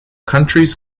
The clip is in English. countries